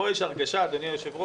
פה יש הרגשה, אדוני היושב-ראש,